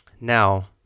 Now